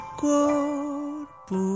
corpo